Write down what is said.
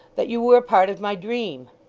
that you were a part of my dream.